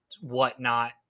whatnot